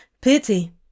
Pity